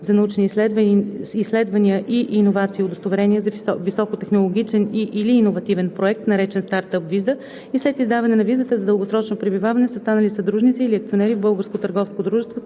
за научни изследвания и иновации удостоверение за високотехнологичен и/или иновативен проект, наречен „Стартъп виза“, и след издаване на визата за дългосрочно пребиваване са станали съдружници или акционери в